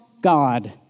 God